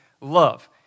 love